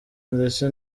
ndetse